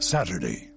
Saturday